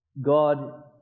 God